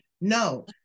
No